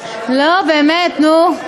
לא, באמת, נו.